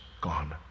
gone